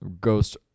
Ghost